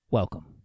welcome